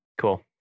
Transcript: Cool